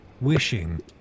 wishing